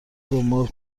دنبال